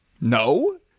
No